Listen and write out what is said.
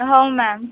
हो मॅम